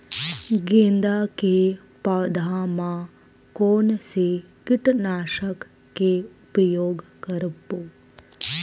गेंदा के पौधा म कोन से कीटनाशक के उपयोग करबो?